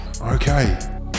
okay